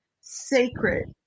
sacred